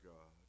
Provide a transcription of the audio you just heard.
God